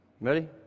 Ready